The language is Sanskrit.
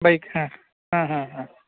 बैक् ह ह ह ह